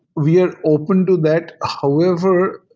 we are open to that. however,